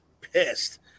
pissed